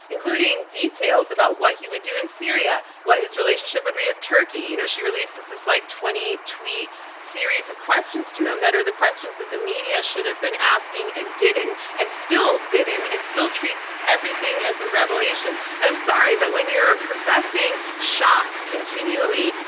including details about what he would do in syria, what his relationship would be with turkey. you know she releases this like twenty tweet series of questions to him that are the questions that the media should have been asking and didn't, and still didn't, and still treats everything as a revelation. and i'm sorry, but when you're professing shock continually,